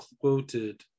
quoted